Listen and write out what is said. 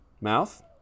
Mouth